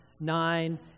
nine